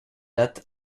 date